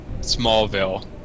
Smallville